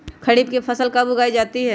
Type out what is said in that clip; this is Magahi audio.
खरीफ की फसल कब उगाई जाती है?